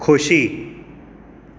खोशी